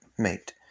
mate